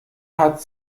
hat